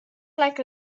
like